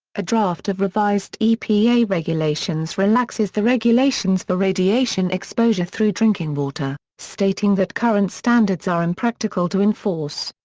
a draft of revised epa regulations relaxes the regulations for radiation exposure through drinking water, stating that current standards are impractical to enforce.